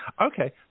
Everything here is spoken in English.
Okay